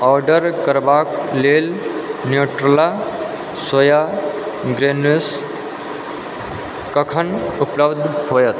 order करबाके लेल Nutrela soya granules order कखन उपलब्ध हैत